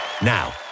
Now